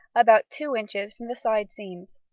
about two inches from the side seams.